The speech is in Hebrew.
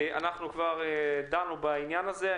אנחנו כבר דנו בעניין הזה.